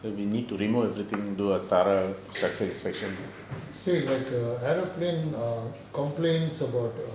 so if like a aeroplane complains about err